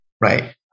Right